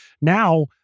Now